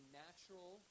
natural